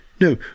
No